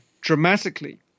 dramatically